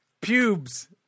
Pubes